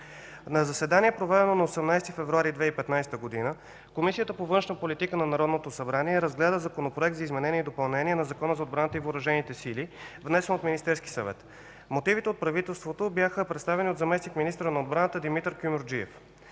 На заседание, проведено на 18 февруари 2015 г., Комисията по външна политика на Народното събрание разгледа Законопроекта за изменение и допълнение на Закона за отбраната и въоръжените сили на Република България, внесен от Министерски съвет. Мотивите на правителството бяха представени от заместник-министъра на отбраната Димитър Кюмюрджиев.